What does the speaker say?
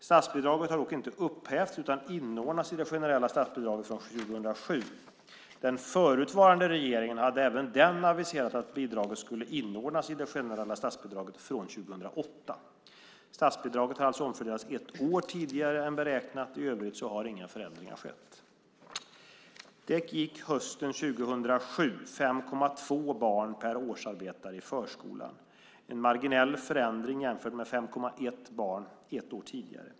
Statsbidraget har dock inte upphävts utan inordnats i det generella statsbidraget från 2007. Den förutvarande regeringen hade även den aviserat att bidraget skulle inordnas i det generella statsbidraget, från 2008. Statsbidraget har alltså omfördelats ett år tidigare än beräknat, i övrigt har inga förändringar skett. Det gick hösten 2007 5,2 barn per årsarbetare i förskolan. Det var en marginell förändring jämfört med 5,1 barn ett år tidigare.